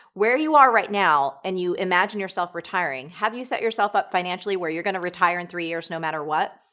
where you are right now and you imagine yourself retiring, have you set yourself up financially where you're going to retire in three years no matter what?